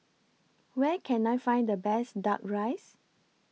Where Can I Find The Best Duck Rice